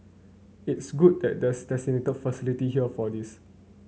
it's good that there's designated facility here for this